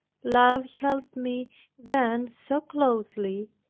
love held me then so closely,